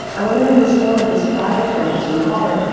and when they are in this form of this biofilm, as we call it,